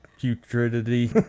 putridity